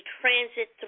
transit